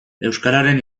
euskararen